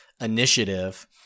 initiative